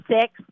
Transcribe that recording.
six